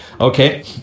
Okay